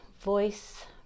voice